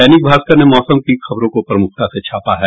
दैनिक भास्कर ने मौसम की खबरों को प्रमुखता से छापा है